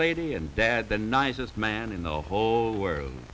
lady and dad the nicest man in the whole world